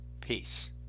Peace